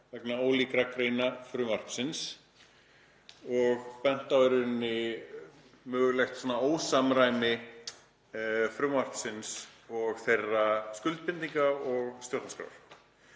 vegna ólíkra greina frumvarpsins og bent á í rauninni mögulegt ósamræmi frumvarpsins og þeirra skuldbindinga og stjórnarskrár.